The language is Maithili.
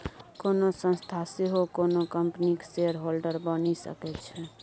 कोनो संस्था सेहो कोनो कंपनीक शेयरहोल्डर बनि सकै छै